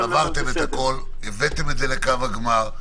עברתם את הכל, הבאתם את זה לקו הגמר.